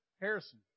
Harrison